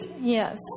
Yes